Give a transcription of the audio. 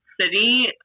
city